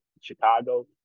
Chicago